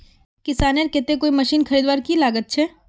किसानेर केते कोई मशीन खरीदवार की लागत छे?